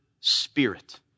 spirit